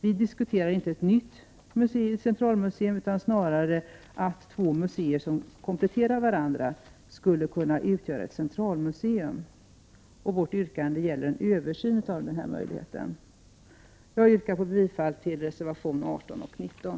Vi diskuterar inte ett nytt centralmuseum, utan snarare att två museer som kompletterar varandra skulle kunna utgöra ett centralmuseum. Vårt yrkande gäller en översyn av denna möjlighet. Jag yrkar bifall till reservationerna 18 och 19.